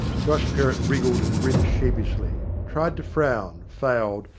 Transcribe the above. josh perrott wriggled and grinned sheepishly tried to frown, failed,